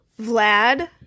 Vlad